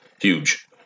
Huge